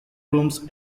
rooms